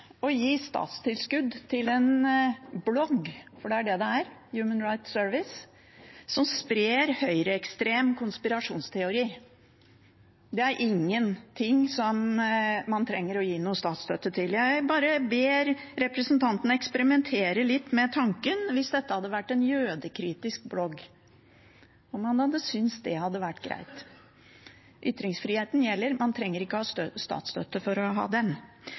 gi statstilskudd til en blogg – for det er det Human Rights Service er – som sprer høyreekstrem konspirasjonsteori. Det er ikke noe som man trenger å gi noen statsstøtte til. Jeg bare ber representantene eksperimentere litt med tanken om man hadde syntes det hadde vært greit hvis dette hadde vært en jødekritisk blogg. Ytringsfriheten gjelder, man trenger ikke å ha statsstøtte for å ha den.